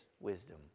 wisdom